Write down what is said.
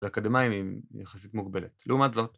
לאקדמיים היא יחסית מוגבלת, לעומת זאת